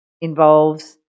involves